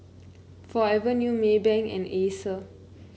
Forever New Maybank and Acer